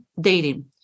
dating